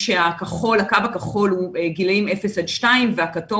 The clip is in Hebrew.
כשהקו הכחול הוא גילאים אפס עד שתיים והכתום